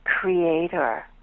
creator